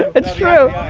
it's true.